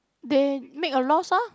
they make a loss lor